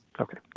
Okay